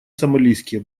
сомалийские